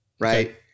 right